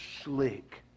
slick